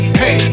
hey